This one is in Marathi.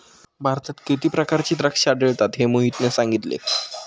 भारतात किती प्रकारची द्राक्षे आढळतात हे मोहितने सांगितले